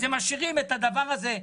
אז הם משאירים את הדבר הזה,